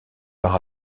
par